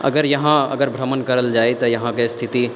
अगर यहाँ अगर भ्रमण करल जाइ तऽ यहाँके स्थिति